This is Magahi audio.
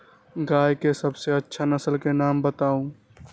गाय के सबसे अच्छा नसल के नाम बताऊ?